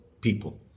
people